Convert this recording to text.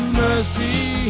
mercy